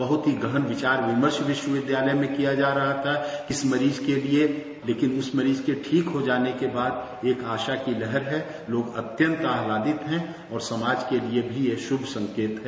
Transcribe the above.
बहुत ही गहन विचार विमर्श विश्वविद्यालय में किया जा रहा था इस मरीज के लिए लेकिन उस मरीज के ठीक हो जाने के बाद एक आशा की लहर है लोग अत्यंत आनंदित्त है और समाज के लिए भी यह एक शुभ संकेत हैं